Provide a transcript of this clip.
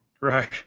Right